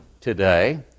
today